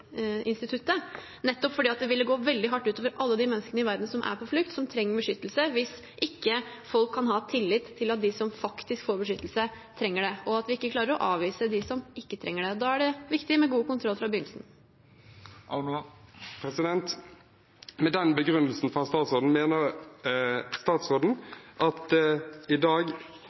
nettopp fordi det ville gå veldig hardt ut over alle de menneskene i verden som er på flukt, som trenger beskyttelse, hvis ikke folk kan ha tillit til at de som faktisk får beskyttelse, trenger det, og at vi klarer å avvise dem som ikke trenger det. Da er det viktig med god kontroll fra begynnelsen. Med den begrunnelsen fra statsråden – mener hun at det i dag